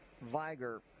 Viger